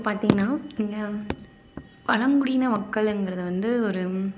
இப்போ பார்த்தீங்கனா இங்கே பழங்குடியினர் மக்களுங்கிறது வந்து ஒரு